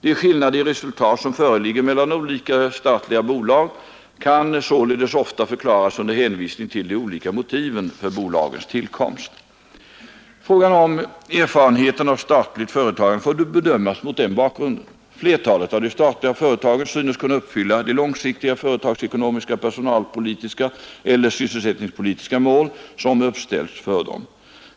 De skillnader i resultat som föreligger mellan olika statliga bolag kan således ofta förklaras under hänvisning till de olika motiven för bolagens tillkomst. Frågan om erfarenheterna av statligt företagande får bedömas mot den bakgrunden. Flertalet av de statliga företagen synes kunna uppfylla de långsiktiga företagsekonomiska, personalpolitiska eller sysselsättningspolitiska mål som uppställts för dem.